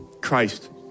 Christ